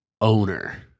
owner